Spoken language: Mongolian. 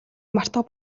мартах